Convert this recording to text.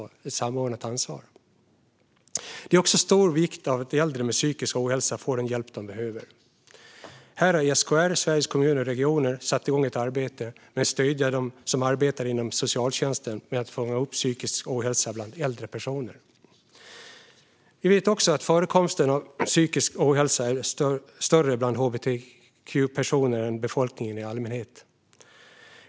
Den skulle ha ett samordnat ansvar. Det är också av stor vikt att äldre med psykisk ohälsa får den hjälp de behöver. Här har SKR, Sveriges Kommuner och Regioner, satt igång ett arbete med att stödja dem som arbetar inom socialtjänsten så att de kan fånga upp psykisk ohälsa bland äldre personer. Vi vet att förekomsten av psykisk ohälsa är större bland hbtq-personer än bland befolkningen i allmänhet.